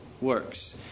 works